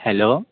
hello